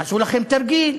עשו לכם תרגיל,